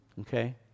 Okay